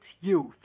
youth